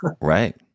Right